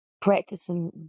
practicing